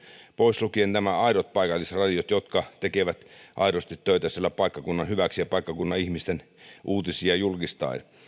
pois lukien nämä aidot paikallisradiot jotka tekevät aidosti töitä siellä paikkakunnan hyväksi ja paikkakunnan ihmisten uutisia julkistaen